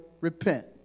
repent